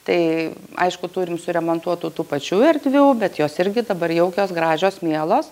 tai aišku turim suremontuotų tų pačių erdvių bet jos irgi dabar jaukios gražios mielos